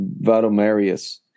Vadomarius